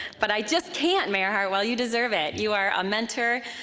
but i just can't, mayor heartwell! you deserve it. you are a mentor,